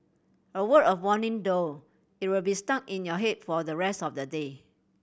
a word of warning though it will be stuck in your head for the rest of the day